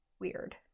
Weird